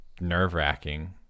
nerve-wracking